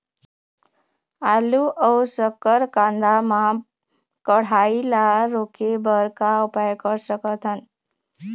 आलू अऊ शक्कर कांदा मा कढ़ाई ला रोके बर का उपाय कर सकथन?